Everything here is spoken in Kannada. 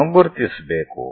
ಅನ್ನು ಗುರುತಿಸಬೇಕು